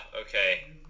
okay